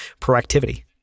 proactivity